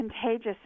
contagious